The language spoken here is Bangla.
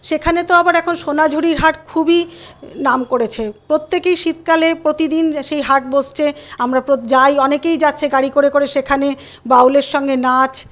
সেখানে তো আবার এখন সোনাঝুড়ির হাট খুবই নাম করেছে প্রত্যেকেই শীতকালে প্রতিদিন সেই হাট বসছে আমরা যাই অনেকেই যাচ্ছে গাড়ি করে করে সেখানে বাউলের সঙ্গে নাচ